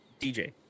DJ